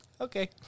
okay